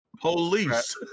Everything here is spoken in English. police